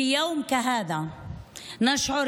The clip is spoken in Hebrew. ביום שכזה כולנו מרגישים